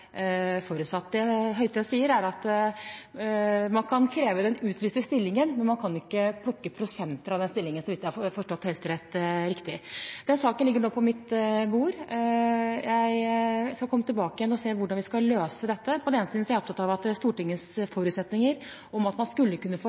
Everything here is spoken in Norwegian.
forutsatt. Det Høyesterett sier, er at man kan kreve den utlyste stillingen, men man kan ikke plukke prosenter av den stillingen, hvis jeg har forstått Høyesterett riktig. Den saken ligger nå på mitt bord. Jeg skal komme tilbake igjen og se hvordan vi skal løse dette. På den ene siden er jeg opptatt av at Stortingets forutsetninger om at man i større grad skal kunne få